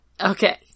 Okay